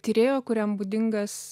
tyrėjo kuriam būdingas